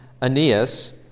Aeneas